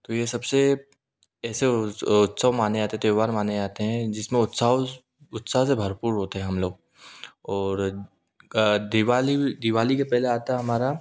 तो ये सब से ऐसे उत्सव माने जाते त्यौहार माने जाते हैं जिस में उत्सव उत्साह से भरपूर होते हैं हम लोग और दीवाली वी दीवाली के पहले आता है हमारा